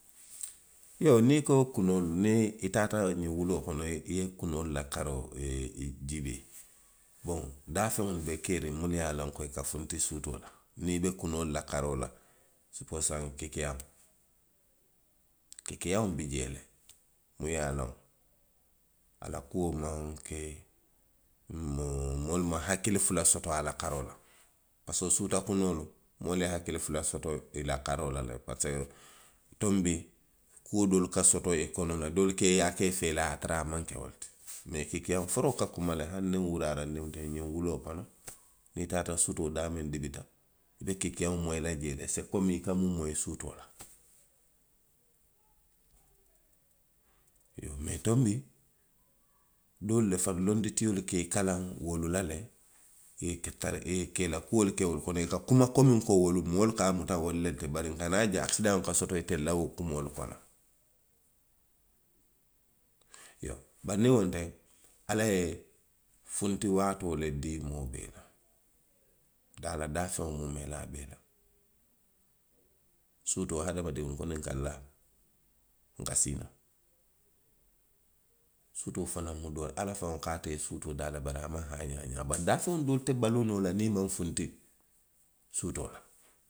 Iyoo, niŋ i ko kunoolu, niŋ i taata ňiŋ wuloo kono, i ye kunoolu la karoo jiibee. ko, daafeŋolu bee keeriŋ ne minnu ye a loŋ ko i ka funti suutee le la. Niŋ i be kunoolu la karoo la, i ko saŋ kikiyaŋo. kikiyaŋo bi jee le. muŋ ye a loŋ, a la kuo maŋ ke, moolu maŋ hakkili fula soto a la karoo la;. parisiko suuta kunoolu loŋ. moolu ye hakkili fula soto i la karoo la le parisiko tonbi moo doolu ka soto i kono i la a ye a tara a maŋ ke woto ti. Mee kikiyaŋ foroo ka kuma le biriŋ wuraara ndiŋo teŋ ňiŋ wuloo kono, niŋ i taata sutoo daamiŋ dibita. i be kikiyaŋo moyi la jee le. Se komi i ka miŋ moyi suutoo la. Tonbi. donbi londitiolu ke doolu ka i kalaŋ wolu la le, i ka tara, i ka i la kuolu wo kono, i ka kuma komi ko wolu, moolu ka a muta wolu le ti. Bari nka naa je a silaŋo ka soto itelu la wo kumoo le bala. Iyoo, bari niŋ wonteŋ, ala ye feŋ funti waatoo le dii moo bee la, ala daafeŋolu muumeelaa bee la. Suutoo la, hadamadiŋo ňanta i laa la, nka siinoo; suutoo fanaŋ mu ala faŋo ko a ye suutoo daa le bari a maŋ haaňi a ňaa. Parisiko daafeŋo doolu te baluu noo la niŋ i maŋ funti, suutoo la.